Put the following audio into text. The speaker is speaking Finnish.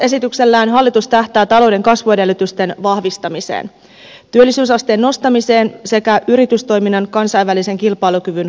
talousarvioesityksessään hallitus tähtää talouden kasvuedellytysten vahvistamiseen työllisyysasteen nostamiseen sekä yritystoiminnan kansainvälisen kilpailukyvyn kohentamiseen